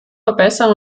verbessern